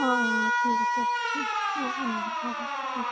অঁ অঁ ঠিক আছে অঁ অঁ হয় হয়